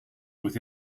with